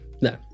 no